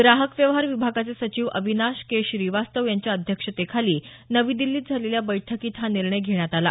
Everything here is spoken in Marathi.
ग्राहक व्यवहार विभागाचे सचिव अविनाश के श्रीवास्तव यांच्या अध्यक्षतेखाली नवी दिल्लीत झालेल्या बैठकीत हा निर्णय घेण्यात आला